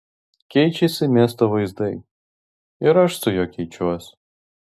keičiasi miesto vaizdai ir aš su juo keičiuosi